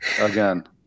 Again